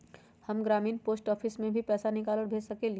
हम ग्रामीण post office से भी पैसा निकाल और भेज सकेली?